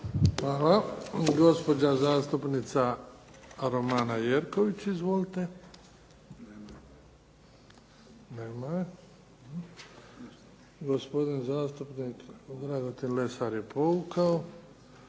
je. Gospodin zastupnik Dragutin Lesar je povukao.